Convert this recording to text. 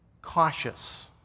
Cautious